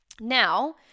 Now